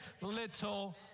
little